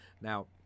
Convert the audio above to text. Now